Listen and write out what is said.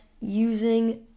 Using